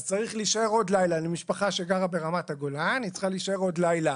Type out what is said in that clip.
אז משפחה שגרה ברמת הגולן צריכה להישאר עוד לילה